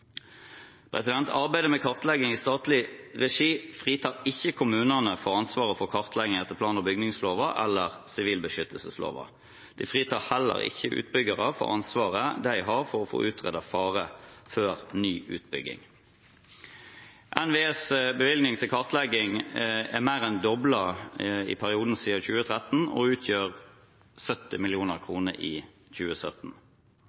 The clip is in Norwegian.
Arbeidet med kartlegging i statlig regi fritar ikke kommunene fra ansvaret for kartlegging etter plan- og bygningsloven eller sivilbeskyttelsesloven. Det fritar heller ikke utbyggere fra ansvaret de har for å få utredet fare før ny utbygging. NVEs bevilgning til kartlegging er mer enn doblet i perioden siden 2013 og utgjør 70